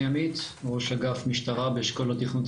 אני ראש אגף משטרה באשכול תכנון,